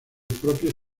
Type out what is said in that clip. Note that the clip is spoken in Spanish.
propio